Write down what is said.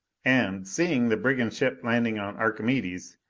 and, seeing the brigand ship landing on archimedes,